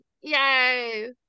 Yay